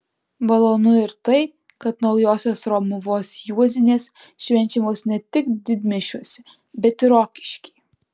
malonu ir tai kad naujosios romuvos juozinės švenčiamos ne tik didmiesčiuose bet ir rokiškyje